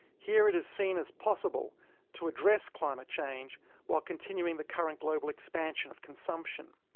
here, it is seen as possible to address climate change while continuing the current global expansion of consumption.